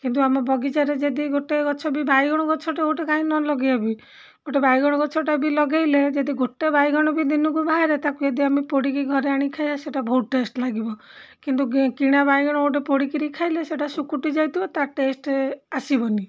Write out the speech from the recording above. କିନ୍ତୁ ଆମ ବଗିଚାରେ ଯଦି ଗୋଟିଏ ଗଛ ବି ବାଇଗଣ ଗଛଟିଏ ଗୋଟିଏ କାହିଁ ନ ଲଗେଇବି ଗୋଟିଏ ବାଇଗଣ ଗଛଟା ବି ଲଗେଇଲେ ଯଦି ଗୋଟିଏ ବାଇଗଣ ବି ଦିନକୁ ବାହାରେ ତାକୁ ଯଦି ଆମେ ପୋଡ଼ିକି ଘରେ ଆଣି ଖାଇବା ସେଇଟା ବହୁତ ଟେଷ୍ଟ ଲାଗିବ କିନ୍ତୁ କିଣା ବାଇଗଣ ଗୋଟିଏ ପୋଡ଼ିକରି ଖାଇଲେ ସେଇଟା ସୁକୁଟି ଯାଇଥିବ ତା' ଟେଷ୍ଟ ଆସିବନି